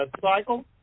cycle